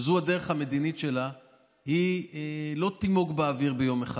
שזו הדרך המדינית שלה, לא תימוג באוויר ביום אחד.